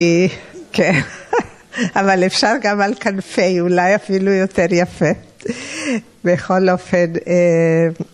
‫כן, אבל אפשר גם על כנפי, ‫אולי אפילו יותר יפה, בכל אופן...